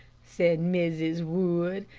said mrs. wood.